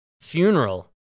funeral